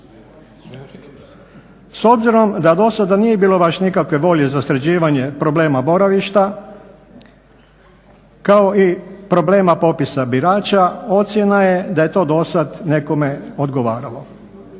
S obzirom da do sada nije bilo baš nikakve volje za sređivanje problema boravišta kao i problema popisa birača ocjena je da je to dosad nekome odgovaralo.